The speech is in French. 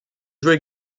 jouait